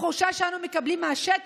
התחושה שאנו מקבלים מהשטח,